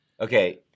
Okay